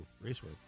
Raceway